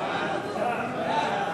סעיף 1 נתקבל.